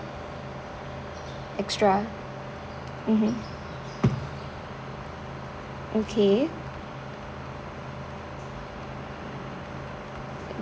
extra mmhmm okay